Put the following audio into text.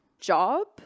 job